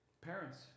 Parents